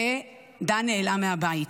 ודן נעלם מהבית.